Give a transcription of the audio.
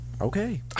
okay